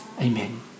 Amen